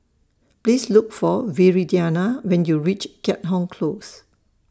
Please Look For Viridiana when YOU REACH Keat Hong Close